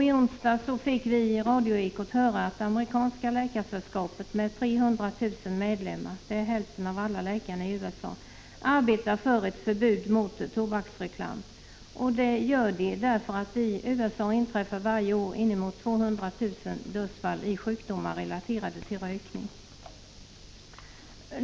I onsdags fick vi i radio-Ekot höra att det amerikanska läkarsällskapet med 300 000 medlemmar — det är hälften av alla läkare i USA —- arbetar för ett förbud mot tobaksreklam. Det gör de därför att det i USA varje år inträffar inemot 200 000 dödsfall i sjukdomar relaterade till rökning.